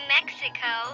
Mexico